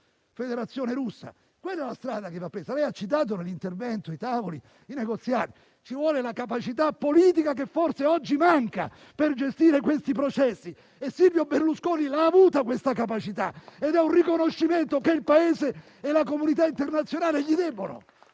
NATO-Federazione russa. Quella è la strada che va presa. Lei ha citato nel suo intervento i tavoli e i negoziati, ma ci vuole la capacità politica che forse oggi manca per gestire questi processi e Silvio Berlusconi l'ha avuta questa capacità ed è un riconoscimento che il Paese e la comunità internazionale gli devono.